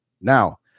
Now